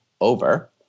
over